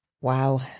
Wow